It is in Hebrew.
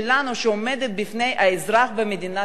שעומדת בפני האזרח במדינת ישראל.